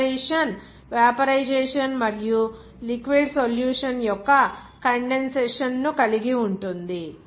ఈ operation vaporisation మరియు liquid solution యొక్క కండెన్సషన్ ను కలిగి ఉంటుంది